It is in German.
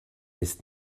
ist